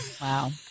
Wow